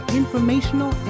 informational